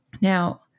Now